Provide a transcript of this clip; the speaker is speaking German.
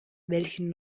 welchen